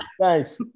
Thanks